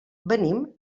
venim